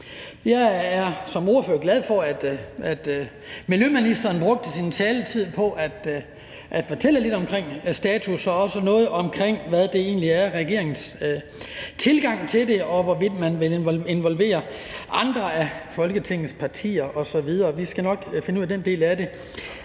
Jeg er som ordfører glad for, at miljøministeren brugte sin taletid på at fortælle lidt om status og noget om, hvad det egentlig er, regeringens tilgang til det er, og hvorvidt man vil involvere andre af Folketingets partier osv. Vi skal nok finde ud af den del af det.